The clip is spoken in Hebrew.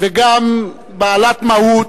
וגם בעלת מהות,